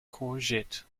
courgette